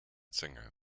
singer